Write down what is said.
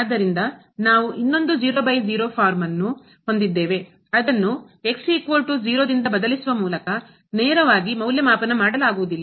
ಆದ್ದರಿಂದ ನಾವು ಇನ್ನೊಂದು ಫಾರ್ಮ್ ಅನ್ನು ಹೊಂದಿದ್ದೇವೆ ಅದನ್ನು ದಿಂದ ಬದಲಿಸುವ ಮೂಲಕ ನೇರವಾಗಿ ಮೌಲ್ಯಮಾಪನ ಮಾಡಲಾಗುವುದಿಲ್ಲ